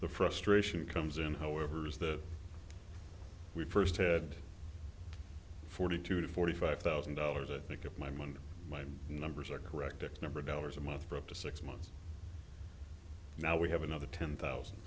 the frustration comes in however is that we first had forty two to forty five thousand dollars a ticket my money my numbers are correct x number of dollars a month for up to six months now we have another ten thousand